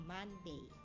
Monday